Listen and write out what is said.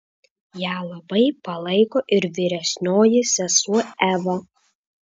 ją labai palaiko ir vyresnioji sesuo eva